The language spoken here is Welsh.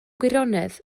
gwirionedd